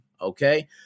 Okay